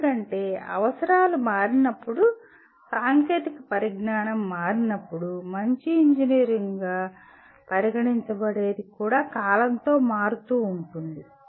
ఎందుకంటే అవసరాలు మారినప్పుడు సాంకేతిక పరిజ్ఞానం మారినప్పుడు మంచి ఇంజనీర్గా పరిగణించబడేది కూడా కాలంతో మారుతూ ఉంటుంది